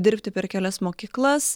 dirbti per kelias mokyklas